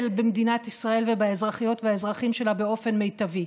במדינת ישראל ובאזרחיות והאזרחים שלה באופן מיטבי.